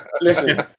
listen